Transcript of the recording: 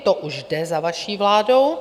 To už jde za vaší vládou.